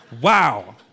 Wow